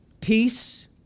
Peace